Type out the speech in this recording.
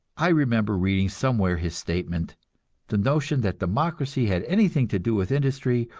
i remember reading somewhere his statement the notion that democracy had anything to do with industry,